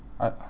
I